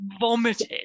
vomited